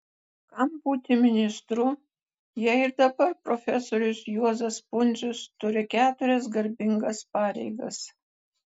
kam būti ministru jei ir dabar profesorius juozas pundzius turi keturias garbingas pareigas